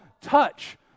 touch